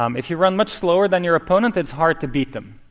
um if you run much slower than your opponent, it's hard to beat them.